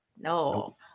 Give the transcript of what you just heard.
No